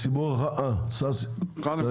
חבר הכנסת גואטה, בבקשה.